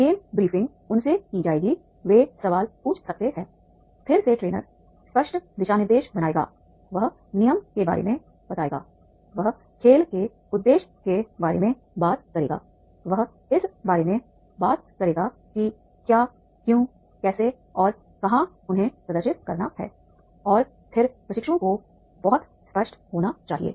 game briefing उनसे की जाएगी वे सवाल पूछ सकते हैं फिर से ट्रेनर स्पष्ट दिशानिर्देश बनाएगा वह नियम के बारे में बताएगा वह खेल के उद्देश्य के बारे में बात करेगा वह इस बारे में बात करेगा कि क्या क्यों कैसे और कहाँ उन्हें प्रदर्शित करना है और फिर प्रशिक्षुओं को बहुत स्पष्ट होना चाहिए